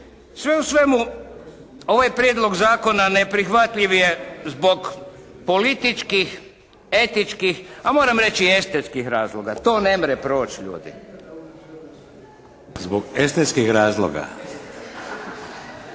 Sve u svemu ovaj prijedlog zakona neprihvatljiv je zbog političkih, etičkih a moram reći i estetskih razloga. To nemre pro' ljudi. **Šeks, Vladimir